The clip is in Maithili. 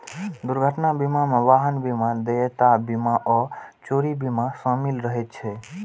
दुर्घटना बीमा मे वाहन बीमा, देयता बीमा आ चोरी बीमा शामिल रहै छै